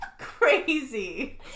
crazy